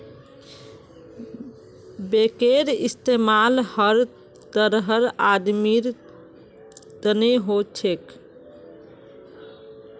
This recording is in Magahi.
बैंकेर इस्तमाल हर तरहर आदमीर तने हो छेक